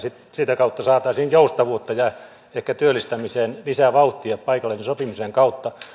sitä kautta saataisiin joustavuutta ja ehkä työllistämiseen lisää vauhtia paikallisen sopimisen kautta